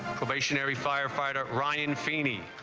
visionary firefighter ryan feeney